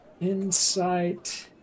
Insight